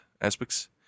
aspects